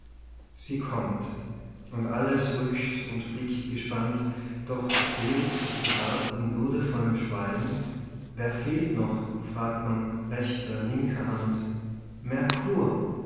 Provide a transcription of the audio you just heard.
sie kommt und alles rückt und blickt gespannt doch zeus beharrt in würdevollem schweigen wer fehlt noch fragt man rechter linker hand mercur